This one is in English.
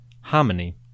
harmony